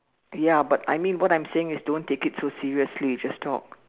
ya but I mean what I'm saying is don't take it so seriously just talk